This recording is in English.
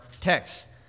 text